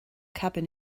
cabin